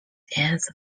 ends